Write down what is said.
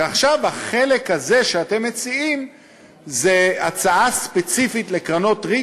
ועכשיו החלק הזה שאתם מציעים זה הצעה ספציפית לקרנות ריט,